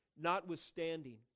notwithstanding